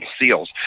seals